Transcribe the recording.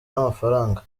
n’amafaranga